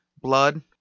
Blood